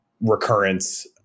recurrence